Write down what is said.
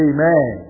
Amen